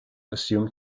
assumed